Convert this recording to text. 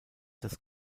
das